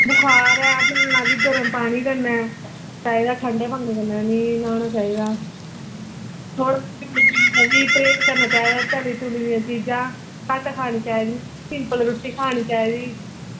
बुखार ऐ ते न्हौना बी गर्म पानी कन्नै चाहिदा ठंडे पानी कन्नै निं न्हौना चाहिदा ते परहेज़ करना चाहिदा तली दियां चीज़ां घट्ट खानी चाही दियां सिंपल रुट्टी खानी चाहिदी